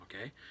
Okay